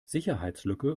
sicherheitslücke